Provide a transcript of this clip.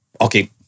okay